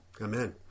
Amen